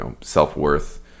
self-worth